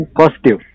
positive